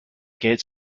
gets